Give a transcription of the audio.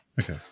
Okay